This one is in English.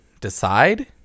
decide